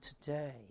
today